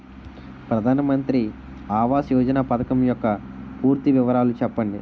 ప్రధాన మంత్రి ఆవాస్ యోజన పథకం యెక్క పూర్తి వివరాలు చెప్పండి?